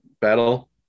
battle